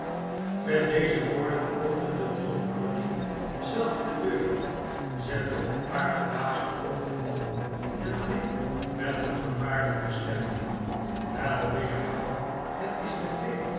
met deze woorden opende john browdie zelf de deur zette een paar verbaasde oogen op en riep met een vervaarlijke stem wel weerga het is de